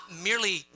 merely